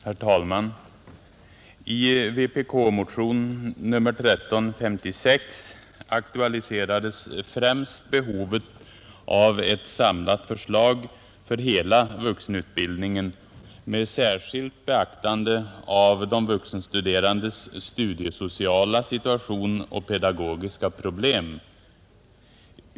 Herr talman! I vpk-motionen 1356 aktualiseras främst behovet av ett samlat förslag för hela vuxenutbildningen med särskilt beaktande av de vuxenstuderandes studiesociala situation och pedagogiska problem.